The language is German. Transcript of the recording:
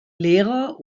lehrer